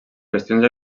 qüestions